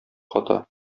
хата